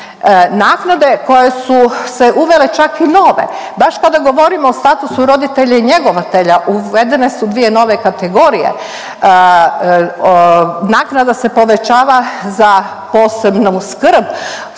Naknade koje su se uvele čak i nove baš kada govorimo o statusu roditelja i njegovatelja uvedene su dvije nove kategorije. Naknada se povećava za posebnu skrb